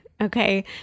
Okay